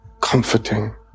comforting